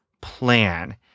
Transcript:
plan